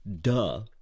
duh